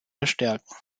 verstärken